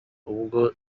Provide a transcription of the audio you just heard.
ubwo